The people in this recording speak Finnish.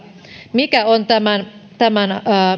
mikä on tämän